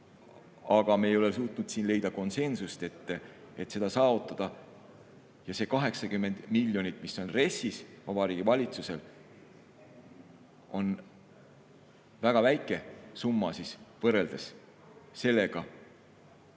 Aga me ei ole suutnud leida konsensust, et seda saavutada. See 80 miljonit, mis on RES-is Vabariigi Valitsusel, on väga väike summa võrreldes sellega,